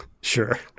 Sure